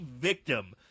victim